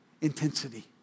intensity